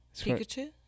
Pikachu